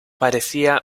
parecía